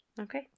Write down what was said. Okay